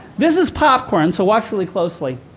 this is popcorn, so watch really closely.